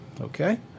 Okay